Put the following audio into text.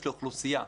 אוכלוסייה,